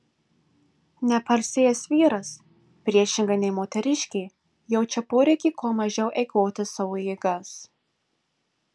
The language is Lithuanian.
nepailsėjęs vyras priešingai nei moteriškė jaučia poreikį kuo mažiau eikvoti savo jėgas